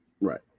Right